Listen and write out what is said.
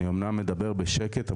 אני אמנם מדברת בשקט,